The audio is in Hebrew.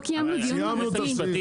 לא קיימנו דיון מהותי על הסעיף.